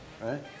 right